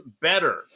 better